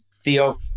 Theo